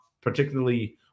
particularly